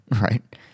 right